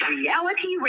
Reality